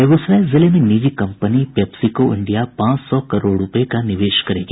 बेगूसराय जिले में निजी कंपनी पेप्सिको इंडिया पांच सौ करोड़ रूपये का निवेश करेगी